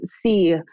see